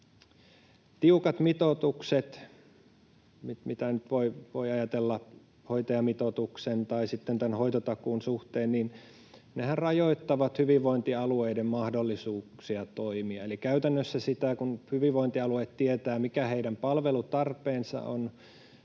tiukat mitoituksethan, mitä nyt voi ajatella hoitajamitoituksen tai sitten hoitotakuun suhteen, rajoittavat hyvinvointialueiden mahdollisuuksia toimia. Eli käytännössä, kun hyvinvointialueet tietävät, mikä heidän palvelutarpeensa on,